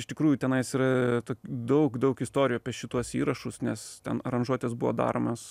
iš tikrųjų tenais yra daug daug istorijų apie šituos įrašus nes ten aranžuotės buvo daromos